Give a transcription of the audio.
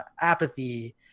Apathy